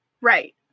Right